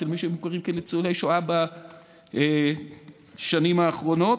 אצל מי שמוכרים כניצולי שואה בשנים האחרונות,